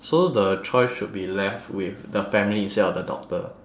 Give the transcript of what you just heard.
so the choice should be left with the family instead of the doctor